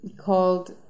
called